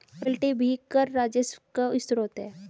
royalty भी कर राजस्व का स्रोत है